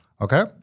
Okay